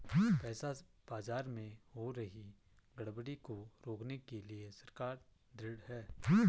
पैसा बाजार में हो रही गड़बड़ी को रोकने के लिए सरकार ढृढ़ है